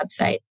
website